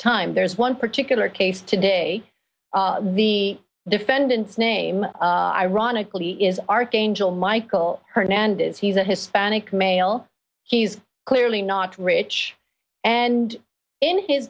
time there's one particular case today the defendant's name ironically is archangel michael hernandez he's a hispanic male he's clearly not rich and in his